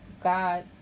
God